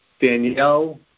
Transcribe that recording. Danielle